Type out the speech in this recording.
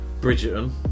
Bridgerton